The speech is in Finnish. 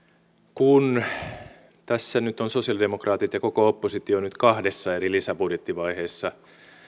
kun tässä nyt ovat sosialidemokraatit ja koko oppositio kahdessa eri lisäbudjettivaiheessa